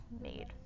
made